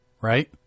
Right